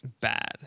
Bad